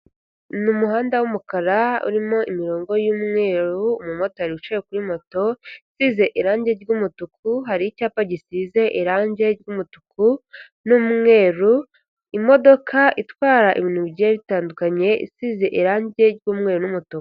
Ni umuhanda w'umukara urimo imirongo y'umweru, umumotari wicaye kuri moto isize irangi ry'umutuku, hari icyapa gisize irangi ry'umutuku n'umweru, imodoka itwara ibintuge bigiye bitandukanye, isize irangi ry'umweru n'umutuku.